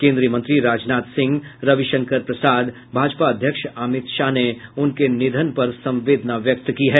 केंद्रीय मंत्री राजनाथ सिंह रविशंकर प्रसाद भाजपा अध्यक्ष अमित शाह ने उनके निधन पर संवेदना व्यक्त की है